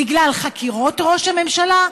בגלל חקירות ראש הממשלה,